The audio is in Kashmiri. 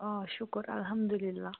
آ شُکُر الحمدُاللہ